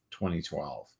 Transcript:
2012